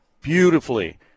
beautifully